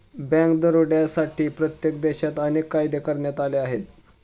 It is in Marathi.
बँक दरोड्यांसाठी प्रत्येक देशात अनेक कायदे करण्यात आले आहेत